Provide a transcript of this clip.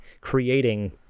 creating